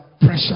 pressure